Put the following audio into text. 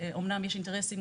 עכשיו, יש תקציב או אין תקציב?